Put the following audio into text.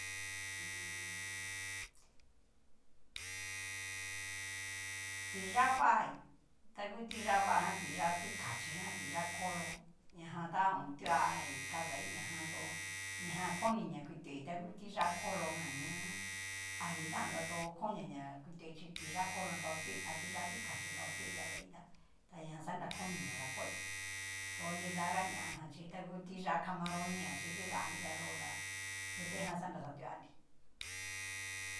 tiyá vá'i, ta ngu tuyá vagan tiyá tikachi ja, tiyá kolo ñajan ta otuai kadai najan tó ñajan koni ña kutuai hu tiyá kolo jan ña, aditanta tu konia ña-ña kutuai chi tiyá kolo jan ta otuai a tiyá tikachi ta otuai kadaita. ta ñajan xanra koni ña dakoi, tu nridaga ñajan xhi tangu tiyá camaroni jan ta kidanrita yó tá nrutejan xanra xatuanri.